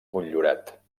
motllurat